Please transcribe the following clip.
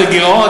מה זה גירעון?